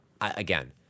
Again